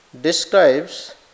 describes